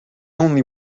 only